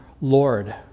Lord